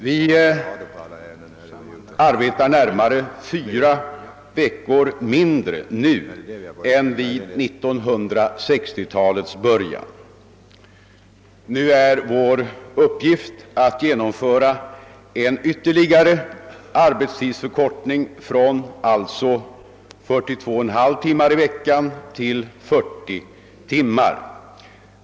Vi arbetar närmare fyra veckor mindre nu än vid 1960-talets början. Nu är uppgiften att få till stånd en ytterligare arbetstidsförkortning från 42,5 timmar per vecka till 40 timmar.